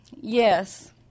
Yes